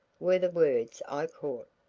were the words i caught,